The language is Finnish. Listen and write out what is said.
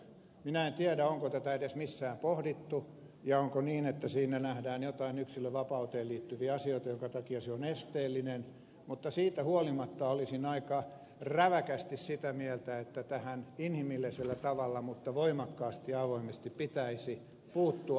minä en tiedä onko tätä edes missään pohdittu ja onko niin että siinä nähdään jotain yksilönvapauteen liittyviä asioita joiden takia se on esteellinen mutta siitä huolimatta olisin aika räväkästi sitä mieltä että tähän inhimillisellä tavalla mutta voimakkaasti ja avoimesti pitäisi puuttua